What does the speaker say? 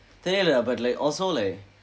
தெரியில்ல:theriyilla but like also like